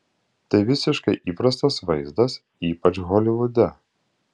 tai visiškai įprastas vaizdas ypač holivude